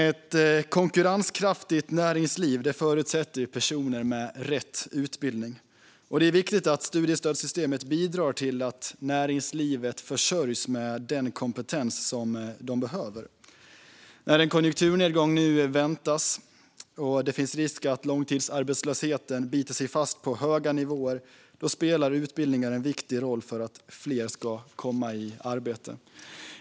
Ett konkurrenskraftigt näringsliv förutsätter personer med rätt utbildning. Det är viktigt att studiestödssystemet bidrar till att näringslivet försörjs med den kompetens som det behöver. När en konjunkturnedgång nu väntas och det finns risk att långtidsarbetslösheten biter sig fast på höga nivåer spelar utbildning en viktig roll för att fler ska komma i arbete.